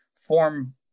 form